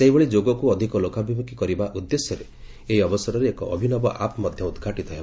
ସେହିଭଳି ଯୋଗକୁ ଅଧିକ ଲୋକାଭିମୁଖୀ କରିବା ଉଦ୍ଦେଶ୍ୟରେ ଏହି ଅବସରରେ ଏକ ଅଭିନବ ଆପ୍ ମଧ୍ୟ ଉଦ୍ଘାଟିତ ହେବ